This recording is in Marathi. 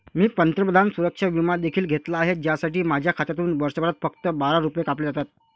मी पंतप्रधान सुरक्षा विमा देखील घेतला आहे, ज्यासाठी माझ्या खात्यातून वर्षभरात फक्त बारा रुपये कापले जातात